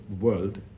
world